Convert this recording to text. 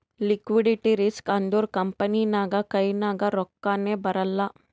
liquidity risk ಅಂದುರ್ company ನಾಗ್ ಕೈನಾಗ್ ರೊಕ್ಕಾನೇ ಬರಲ್ಲ